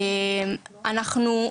אנחנו,